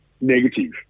negative